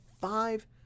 five